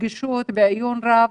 ברגישות, בעיון רב,